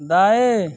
दाएँ